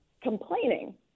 complaining